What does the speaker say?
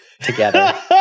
together